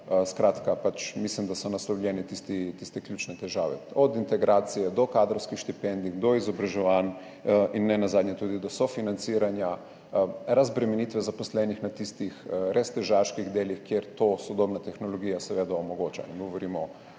predlagata. Mislim, da so naslovljene tiste ključne težave, od integracije do kadrovskih štipendij, izobraževanj in nenazadnje tudi do sofinanciranja, razbremenitve zaposlenih na tistih res težaških delih, kjer to sodobna tehnologija seveda omogoča, govorimo o